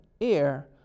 air